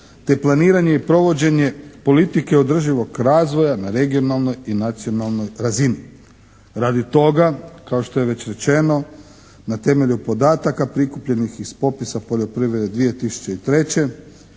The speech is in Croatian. te planiranje i provođenje politike održivog razvoja na regionalnoj i nacionalnoj razini. Radi toga kao što je već rečeno na temelju podataka prikupljenih iz popisa poljoprivrede 2003.